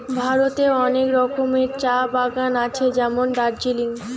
ভারতে অনেক রকমের চা বাগান আছে যেমন দার্জিলিং